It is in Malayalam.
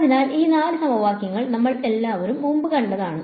അതിനാൽ ഈ നാല് സമവാക്യങ്ങൾ നമ്മൾ എല്ലാവരും മുമ്പ് കണ്ടതാണ്